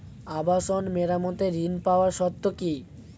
আবাসন মেরামতের ঋণ পাওয়ার শর্ত কি?